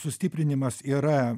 sustiprinimas yra